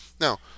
Now